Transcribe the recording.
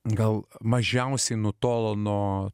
gal mažiausiai nutolo nuo